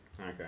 Okay